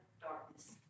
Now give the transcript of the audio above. darkness